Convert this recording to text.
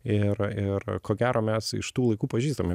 ir ir ko gero mes iš tų laikų pažįstami